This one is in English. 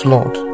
Lord